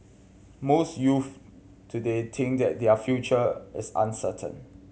most youths today think that their future is uncertain